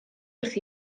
wrth